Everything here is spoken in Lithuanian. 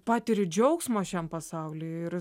patiri džiaugsmo šiam pasauly ir